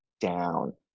down